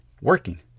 working